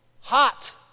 hot